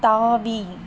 தாவி